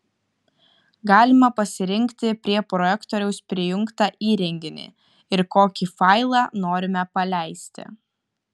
galima pasirinkti prie projektoriaus prijungtą įrenginį ir kokį failą norime paleisti